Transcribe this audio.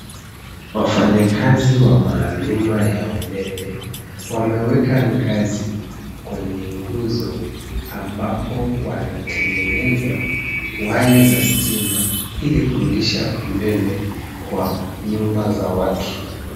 Wafanya kazi wa maaluma ya umeme, wameweka ngazi kwenye nguzo, ambapo wanatengeneza waya za stima, ili kurudisha umeme kwa nyumba za watu.